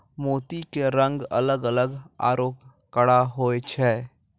मोती के रंग अलग अलग आरो कड़ा होय छै